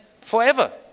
forever